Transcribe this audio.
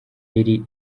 iri